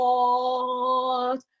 Lord